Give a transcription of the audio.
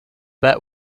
bet